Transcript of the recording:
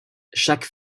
chaque